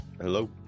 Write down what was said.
Hello